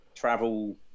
travel